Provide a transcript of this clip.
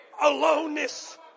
aloneness